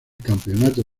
campeonato